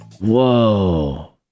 Whoa